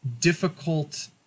difficult